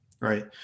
right